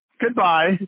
goodbye